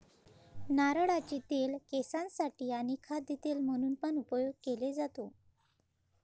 नारळाचे तेल केसांसाठी आणी खाद्य तेल म्हणून पण उपयोग केले जातो